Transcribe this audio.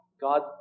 God